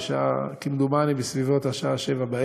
כמדומני בסביבות השעה 19:00,